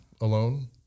alone